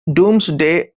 domesday